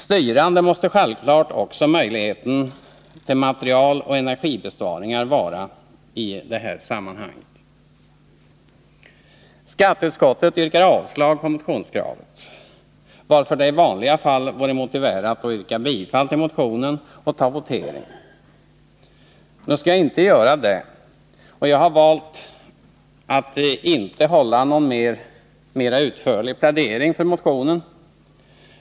Styrande måste självklart också möjligheterna till materialoch energibesparingar vara i detta sammanhang. Skatteutskottet yrkar avslag på motionskravet, varför det i vanliga fall vore motiverat att yrka bifall till motionen och begära votering. Nu skall jag inte göra det, och jag har också valt att inte hålla någon mera utförlig plädering för motionen.